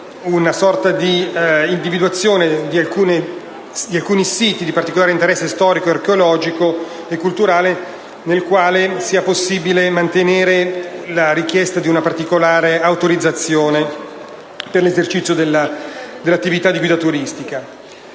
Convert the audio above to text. una sorta di individuazione di alcuni siti di particolare interesse storico, archeologico e culturale nei quali sia possibile mantenere la richiesta di una particolare autorizzazione per l'esercizio dell'attività di guida turistica.